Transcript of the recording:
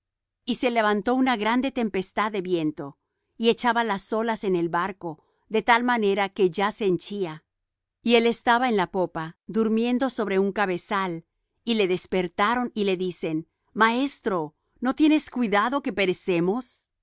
y se levantó una grande tempestad de viento y echaba las olas en el barco de tal manera que ya se henchía y él estaba en la popa durmiendo sobre un cabezal y le despertaron y le dicen maestro no tienes cuidado que perecemos